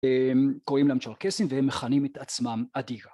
קוראים להם צ'רקסים והם מכנים את עצמם אדיגה